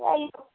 তাই